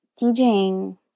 DJing